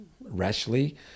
rashly